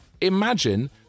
Imagine